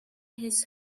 his